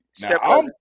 Now